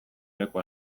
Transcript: leku